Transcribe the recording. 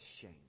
shame